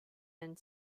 and